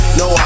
no